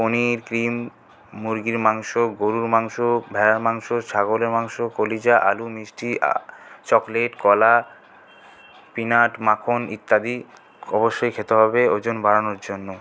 পনির cream মুরগির মাংস গরুর মাংস ভেড়ার মাংস ছাগলের মাংস কলিজা আলু মিষ্টি চকলেট কলা পীনাট মাখন ইত্যাদি অবশ্যই খেতে হবে ওজন বাড়ানোর জন্য